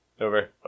Over